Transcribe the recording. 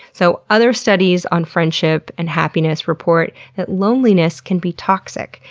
so other studies on friendship and happiness report that loneliness can be toxic,